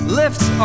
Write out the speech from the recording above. lifts